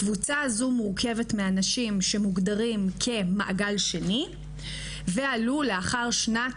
הקבוצה הזו מורכבת מאנשים שמוגדרים כמעגל שני ועלו לאחר שנת